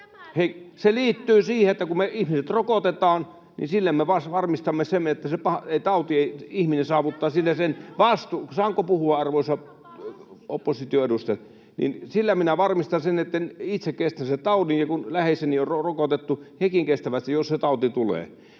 Se liittyy siihen, että kun ihmiset rokotetaan, niin sillä me varmistamme sen, että ihminen saavuttaa sille taudille sen... [Sanna Antikaisen välihuuto] — Saanko puhua, arvoisat opposition edustajat? — Sillä minä varmistan, että itse kestän sen taudin, ja kun läheiseni on rokotettu, hekin kestävät sen, jos se tauti tulee.